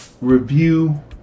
review